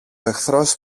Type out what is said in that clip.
εχθρός